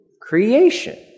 creation